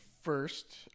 first